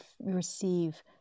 receive